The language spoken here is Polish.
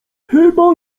chyba